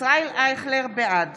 בעד